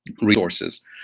resources